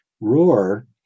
roar